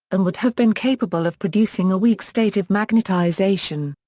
and would have been capable of producing a weak state of magnetization.